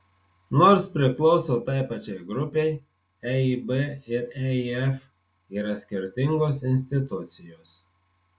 nors priklauso tai pačiai grupei eib ir eif yra skirtingos institucijos